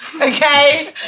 okay